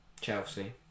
Chelsea